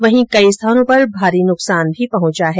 वहीं कई स्थानों पर भारी नुकसान भी पहुंचा है